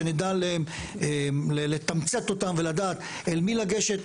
שנדע לתמצת אותן ונדע אל מי לגשת,